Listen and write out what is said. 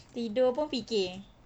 tidur pun fikir